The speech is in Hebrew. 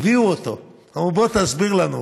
הביאו אותו, אמרו לו: בוא תסביר לנו.